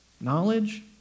knowledge